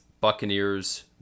Buccaneers